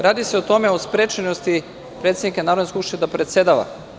Radi se o sprečenosti predsednika Narodne skupštine da predsedava.